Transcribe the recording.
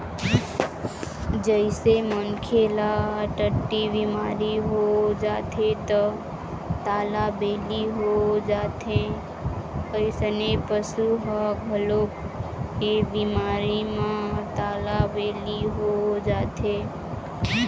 जइसे मनखे ल टट्टी बिमारी हो जाथे त तालाबेली हो जाथे अइसने पशु ह घलोक ए बिमारी म तालाबेली हो जाथे